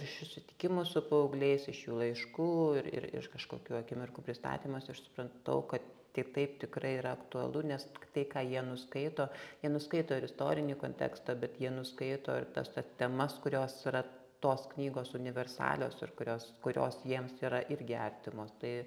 iš isutikimų su paaugliais iš jų laiškų ir ir iš kažkokių akimirkų pristatymuose aš suprantau kad tai taip tikrai yra aktualu nes tai ką jie nuskaito jie nuskaito ir istorinį kontekstą bet jie nuskaito ir tas temas kurios yra tos knygos universalios ir kurios kurios jiems yra irgi artimos tai